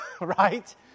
right